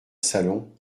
salon